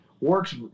works